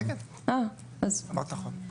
כן, אמרת נכון.